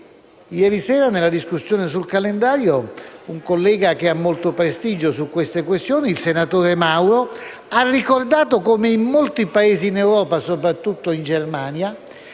Ieri sera, nella discussione sul calendario, un collega che ha molto prestigio su tali questioni, il senatore Mario Mauro, ha ricordato come in molti Paesi d'Europa, soprattutto in Germania,